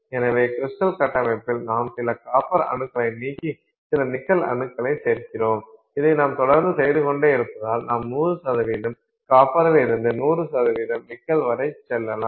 எனவே க்றிஸ்டல் கட்டமைப்பில் நாம் சில காப்பர் அணுக்களை நீக்கி சில நிக்கல் அணுக்களை சேர்க்கிறோம் இதை நாம் தொடர்ந்து செய்து கொண்டே இருப்பதால் நாம் 100 காப்பரிலிருந்து 100 நிக்கல் வரை செல்லலாம்